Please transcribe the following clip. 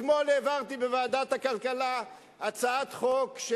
אתמול העברתי בוועדת הכלכלה הצעת חוק,